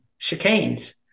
chicanes